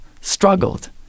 struggled